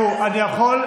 אני יכול,